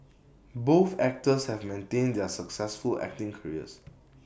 both actors have maintained their successful acting careers